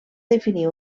definir